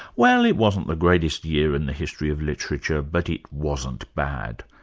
well, it wasn't the greatest year in the history of literature, but it wasn't bad.